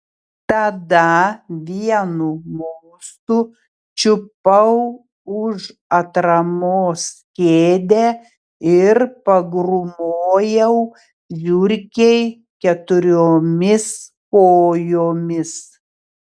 tada vienu mostu čiupau už atramos kėdę ir pagrūmojau žiurkei keturiomis kojomis